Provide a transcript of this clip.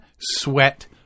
sweat